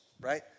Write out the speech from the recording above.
right